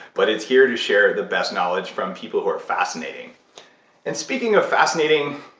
but it's here to share the best knowledge from people who are fascinating and speaking of fascinating,